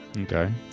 Okay